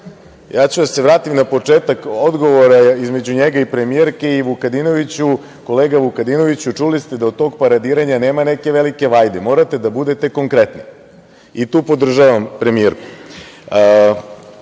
Ja ću da se vratim na početak odgovora između njega i premijerke. Kolega Vukadinoviću, čuli ste da od tog paradiranja nema neke velike vajde. Morate da budete konkretni. Tu podržavam premijerku. Gospodine